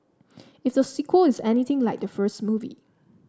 if the sequel is anything like the first movie